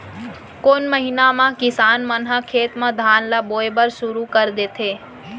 कोन महीना मा किसान मन ह खेत म धान ला बोये बर शुरू कर देथे?